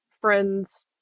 friends